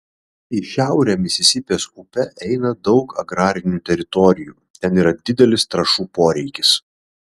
į šiaurę misisipės upe eina daug agrarinių teritorijų ten yra didelis trąšų poreikis